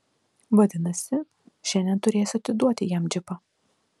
vadinasi šiandien turėsiu atiduoti jam džipą